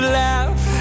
laugh